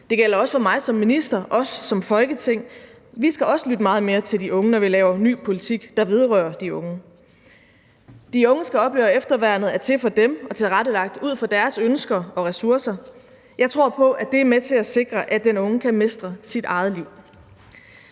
unge, og også mig som minister og os som Folketing. Vi skal også lytte meget mere til de unge, når vi laver ny politik, der vedrører de unge. De unge skal opleve, at efterværnet er til for dem og tilrettelagt ud fra deres ønsker og ressourcer. Jeg tror på, at det er med til at sikre, at den unge kan mestre sit eget liv.